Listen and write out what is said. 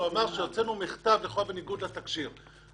שהוא אמר שהוצאנו מכתב בניגוד לתקשי"ר.